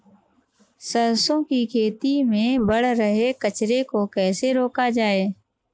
सरसों की खेती में बढ़ रहे कचरे को कैसे रोका जाए?